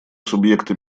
субъекты